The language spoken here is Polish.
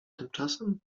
tymczasem